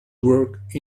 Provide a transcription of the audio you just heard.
work